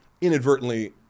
inadvertently